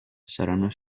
saranno